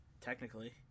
technically